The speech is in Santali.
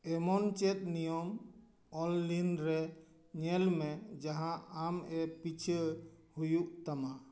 ᱮᱢᱚᱱ ᱪᱮᱫ ᱱᱤᱭᱚᱢ ᱚᱱᱞᱤᱱ ᱨᱮ ᱧᱮᱞᱢᱮ ᱡᱟᱦᱟᱸ ᱟᱢᱮ ᱯᱤᱪᱷᱟᱹ ᱦᱩᱭᱩᱜ ᱛᱟᱢᱟ